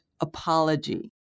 apology